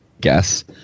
guess